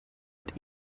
und